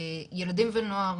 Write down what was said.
ילדים ונוער